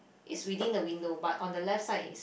is within the window but on the left side is